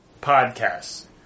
podcasts